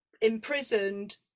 imprisoned